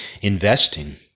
investing